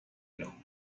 dir